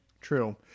True